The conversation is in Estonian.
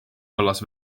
vallas